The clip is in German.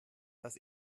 dass